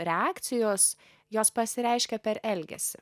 reakcijos jos pasireiškia per elgesį